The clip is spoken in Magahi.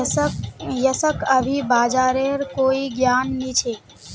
यशक अभी बाजारेर कोई ज्ञान नी छ